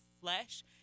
flesh